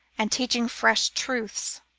and teaching fresh truths.